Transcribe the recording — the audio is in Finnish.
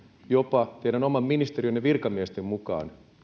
jopa teidän oman ministeriönne virkamiesten mukaan